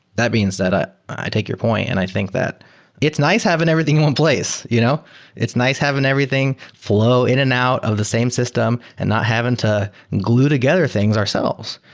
that means that ah i take your point and i think that it's nice having everything in one place. you know it's nice having everything flow in and out of the same system and not having to glue together things ourselves.